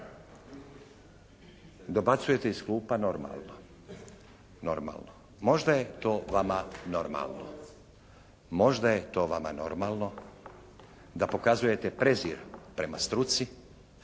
Dobacujete iz klupa: «Normalno, normalno.» Možda je to vama normalno. Možda je to vama normalno da pokazujete prezir prema struci,